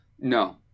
No